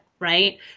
Right